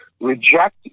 reject